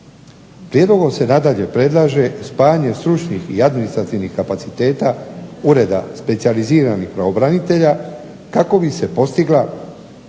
Prijedlogom se nadalje predlaže spajanje stručnih i administrativnih kapaciteta, ureda specijaliziranih pravobranitelja kako bi se postigla